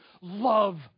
love